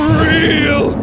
real